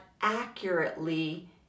accurately